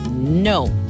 No